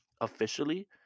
officially